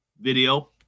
video